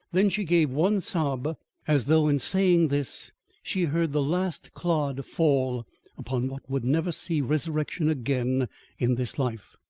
then she gave one sob as though in saying this she heard the last clod fall upon what would never see resurrection again in this life,